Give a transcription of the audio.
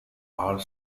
are